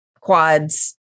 quads